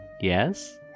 Yes